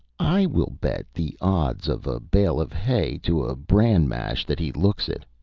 i will bet the odds of a bale of hay to a bran mash that he looks it.